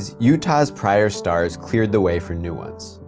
utah's prior stars cleared the way for new ones.